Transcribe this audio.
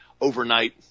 overnight